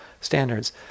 standards